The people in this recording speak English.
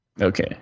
Okay